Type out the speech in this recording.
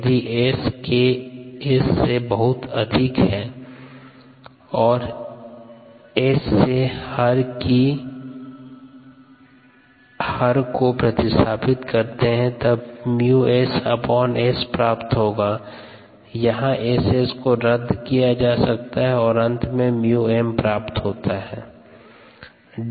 यदि S Ks से बहुत अधिक होता है और S से हर को प्रतिस्थापित करते हैं तब 𝜇𝑚 𝑆𝑆 प्राप्त होता है यहाँ 𝑆 और 𝑆 को रद्द किया जा सकता है और अंत में 𝜇𝑚 प्राप्त होता है